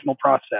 process